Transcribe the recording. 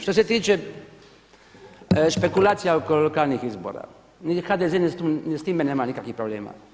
Što se tiče špekulacija oko lokalnih izbora HDZ s time nema nikakvih problema.